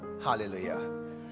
Hallelujah